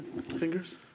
fingers